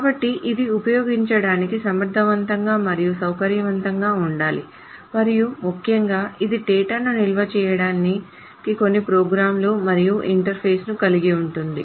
కాబట్టి ఇది ఉపయోగించడానికి సమర్థవంతంగా మరియు సౌకర్యవంతంగా ఉండాలి మరియు ముఖ్యంగా ఇది డేటాను నిల్వ చేయడానికి కొన్ని ప్రోగ్రామ్లు మరియు ఇంటర్ఫేస్ను కలిగి ఉంటుంది